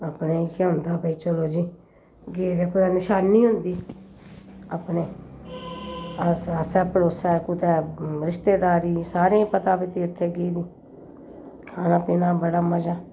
अपने इ'यै होंदा कि भाई चलो जी गेदे कुदै नशानी होंदी अपने आसै पासै पड़ोसे कुतै रिश्तेदारी सारें ईं पता भई तीरथें गेदी खाना पीना बड़ा मज़ा